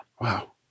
Wow